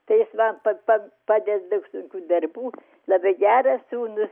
tai jis man pa pa padeda daug sunkių darbų labai geras sūnus